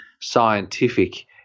scientific